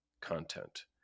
content